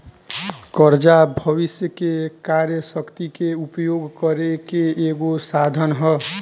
कर्जा भविष्य के कार्य शक्ति के उपयोग करे के एगो साधन ह